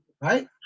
right